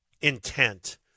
intent